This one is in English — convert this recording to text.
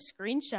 screenshot